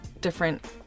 different